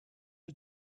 you